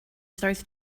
starts